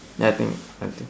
ya I think I think